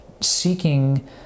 seeking